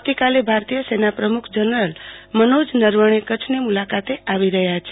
આવતીકાલે ભારતીય સેના પ્રમુખ જનરલ મનોજ નરવણે કચ્છની મુલાકાતે આવી રહ્યા છે